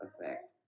Effect